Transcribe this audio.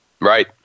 Right